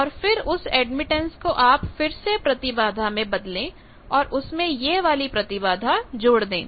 और फिर इस एडमिटेंस को आप फिर से प्रतिबाधा में बदलें और उसमें यह वाली प्रतिबाधा जोड़ दें